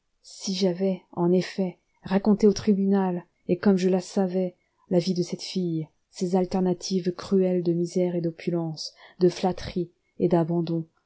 si j'avais en effet raconté au tribunal et comme je la savais la vie de cette fille ses alternatives cruelles de misère et d'opulence de flatterie et d'abandon